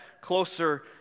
closer